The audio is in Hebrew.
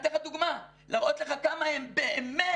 אתן לך דוגמא להראות לך כמה הם באמת